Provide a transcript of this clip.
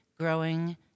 Growing